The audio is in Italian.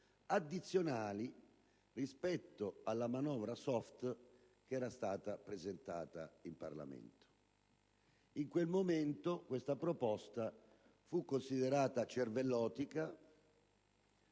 addizionali rispetto alla manovra *soft* che era stata presentata in Parlamento. In quel momento questa proposta fu considerata cervellotica,